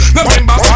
Remember